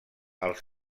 als